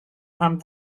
rhan